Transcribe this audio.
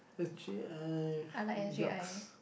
that's J_I !yucks!